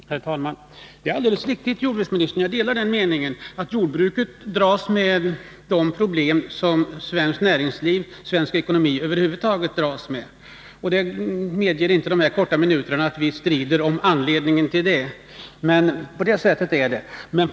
Herr talman! Det är alldeles riktigt, herr jordbruksminister. Jag delar jordbruksministerns mening att jordbruket dras med de problem som svenskt näringsliv, svensk ekonomi över huvud taget har. De få minuter som står till förfogande medger inte att vi strider om anledningen till detta. Men på det sättet är det i alla fall.